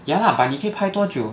ya lah but 你可以拍多久